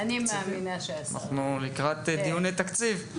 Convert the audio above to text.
אנחנו לקראת דיוני תקציב.